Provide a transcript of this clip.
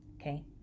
Okay